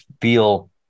feel